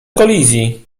kolizji